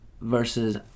versus